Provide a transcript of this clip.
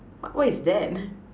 wh~ what is that